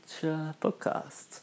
podcast